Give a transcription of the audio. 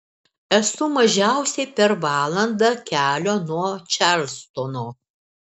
esu mažiausiai per valandą kelio nuo čarlstono